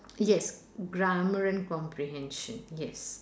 yes grammar and comprehension yes